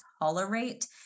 tolerate